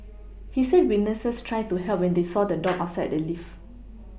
he said witnesses tried to help when they saw the dog outside the lift